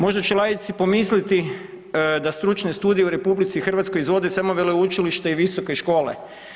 Možda će laici pomislit da stručne studije u RH izvode samo veleučilišta i visoke škole.